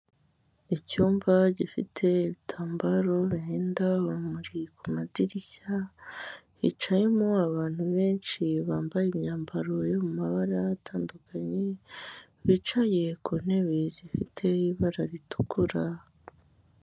Icyumba gifite ibitambaro birinda urumuri ku madirishya, hicayemo abantu benshi bambaye imyambaro yo mu mabara atandukanye bicaye ku ntebe z'ifite ibara ritukura.